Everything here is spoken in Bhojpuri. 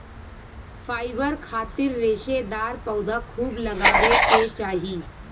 फाइबर खातिर रेशेदार पौधा खूब लगावे के चाही